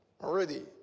already